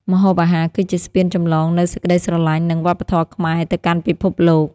ម្ហូបអាហារគឺជាស្ពានចម្លងនូវសេចក្តីស្រឡាញ់ និងវប្បធម៌ខ្មែរទៅកាន់ពិភពលោក។